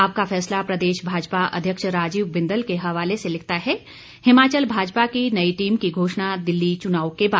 आपका फैसला प्रदेश भाजपा अध्यक्ष राजीव बिंदल के हवाले से लिखता है हिमाचल भाजपा की नई टीम की घोषणा दिल्ली चुनाव के बाद